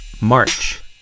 March